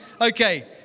Okay